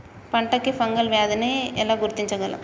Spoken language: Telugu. పంట కి ఫంగల్ వ్యాధి ని ఎలా గుర్తించగలం?